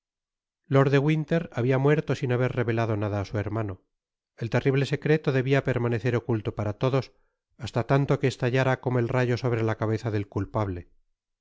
de winter habia muerto sin haber revelado nada á su hermano el terrible secreto debia permanecer oculto para todos hasta tanto que estaltara como el rayo sobre la cabeza del culpable